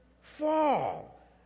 fall